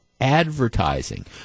advertising